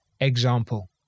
example